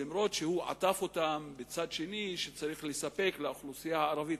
אף שהוא עטף אותן בכך שצריך לספק לאוכלוסייה הערבית,